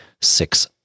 six